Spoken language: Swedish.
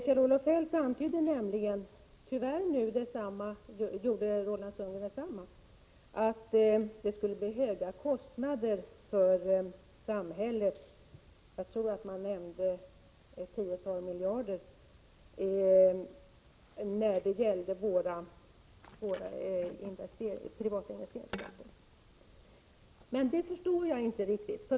Kjell-Olof Feldt antydde nämligen, och tyvärr gjorde Roland Sundgren nu detsamma, att det skulle bli stora kostnader för samhället — jag tror att det var ett tiotal miljarder som nämndes —- om man genomför vårt förslag om privata investeringskonton. Det förstod jag inte riktigt.